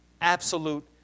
Absolute